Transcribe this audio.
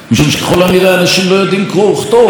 משום שככל הנראה אנשים לא יודעים קרוא וכתוב.